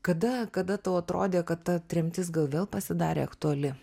kada kada tau atrodė kad ta tremtis gal vėl pasidarė aktuali